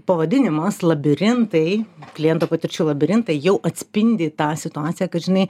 pavadinimas labirintai klientų patirčių labirintai jau atspindi tą situaciją kad žinai